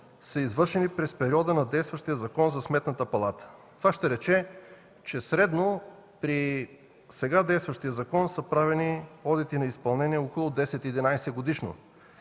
са извършени през периода на действащия Закон за Сметната палата. Това ще рече, че средно при сега действащия закон са правени около 10 11 одити на изпълнение годишно.